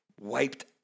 wiped